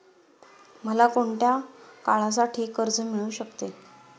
मला कोणत्या काळासाठी कर्ज मिळू शकते?